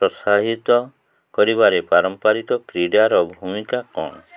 ପ୍ରୋତ୍ସାହିତ କରିବାରେ ପାରମ୍ପାରିକ କ୍ରୀଡ଼ାର ଭୂମିକା କ'ଣ